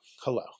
hello